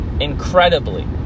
incredibly